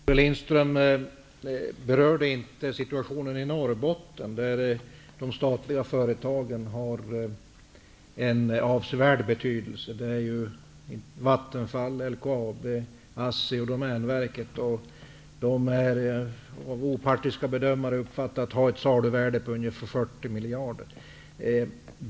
Herr talman! Olle Lindström berörde inte situationen i Norrbotten, där de statliga företagen har en avsevärd betydelse. Vattenfall, LKAB, ASSI och Domänverket uppskattas av opartiska bedömare ha ett saluvärde på ungefär 40 miljarder.